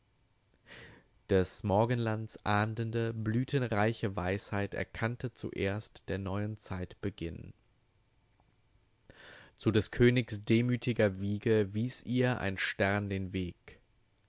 des morgenlands ahndende blütenreiche weisheit erkannte zuerst der neuen zeit beginn zu des königs demütiger wiege wies ihr ein stern den weg